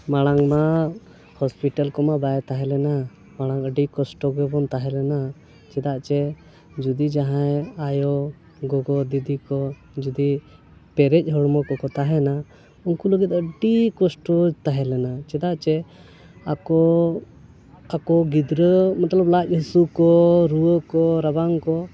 ᱢᱟᱲᱟᱝ ᱢᱟ ᱦᱚᱥᱯᱤᱴᱟᱞ ᱠᱚᱢᱟ ᱵᱟᱭ ᱛᱟᱦᱮᱸ ᱞᱮᱱᱟ ᱢᱟᱲᱟᱝ ᱟᱹᱰᱤ ᱠᱚᱥᱴᱚ ᱜᱮᱵᱚᱱ ᱛᱟᱦᱮᱸ ᱞᱮᱱᱟ ᱪᱮᱫᱟᱜ ᱪᱮ ᱡᱩᱫᱤ ᱡᱟᱦᱟᱸᱭ ᱟᱭᱳ ᱜᱚᱜᱚ ᱫᱤᱫᱤ ᱠᱚ ᱡᱩᱫᱤ ᱯᱮᱨᱮᱡ ᱦᱚᱲᱢᱚ ᱠᱚᱠᱚ ᱛᱟᱦᱮᱱᱟ ᱩᱱᱠᱩ ᱞᱟᱹᱜᱤᱫ ᱟᱹᱰᱤ ᱠᱚᱥᱴᱚ ᱛᱟᱦᱮᱸ ᱞᱮᱱᱟ ᱪᱮᱫᱟᱜ ᱪᱮ ᱟᱠᱚ ᱟᱠᱚ ᱜᱤᱫᱽᱨᱟᱹ ᱢᱚᱛᱞᱚᱵᱽ ᱞᱟᱡ ᱦᱟᱹᱥᱩ ᱠᱚ ᱨᱩᱣᱟᱹ ᱠᱚ ᱨᱟᱵᱟᱝ ᱠᱚ